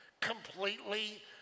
completely